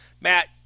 Matt